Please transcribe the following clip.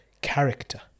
character